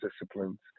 disciplines